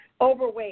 Overweight